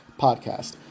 Podcast